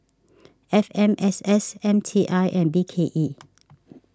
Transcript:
F M S S M T I and B K E